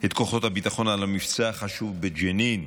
את כוחות הביטחון על המבצע החשוב בג'נין.